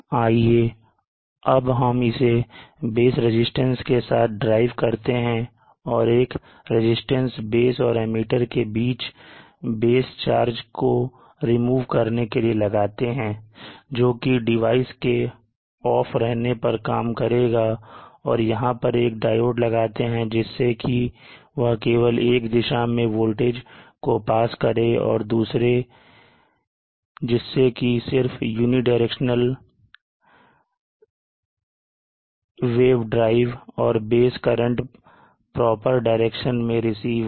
आइए अब हम इसे base रजिस्टेंस के साथ ड्राइव करते हैं और एक रजिस्टेंस base और emitter के बीच बेस चार्ज को रिमूव करने के लिए लगाते हैं जोकि डिवाइस के ऑफ रहने पर काम करेगा और वहां पर एक डायोड लगाते हैं जिससे कि वह केवल एक दिशा में वोल्टेज को पास करें और जिससे कि सिर्फ यूनिडायरेक्शनल वेज ड्राइव और base करंट प्रॉपर डायरेक्शन में रिसीव हो